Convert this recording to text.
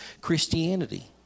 Christianity